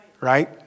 right